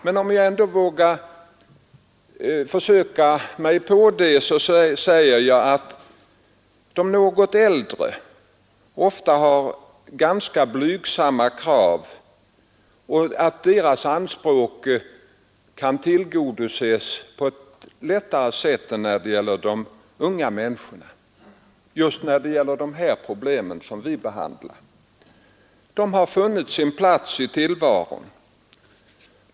Men om jag ändå skulle våga mig på det, så vill jag säga att de något äldre ofta har ganska blygsamma krav och att deras anspråk när det gäller de problem vi nu behandlar kan tillgodoses på ett lättare sätt än de unga människornas. De har funnit sin plats i tillvaron.